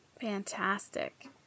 Fantastic